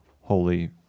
Holy